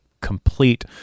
complete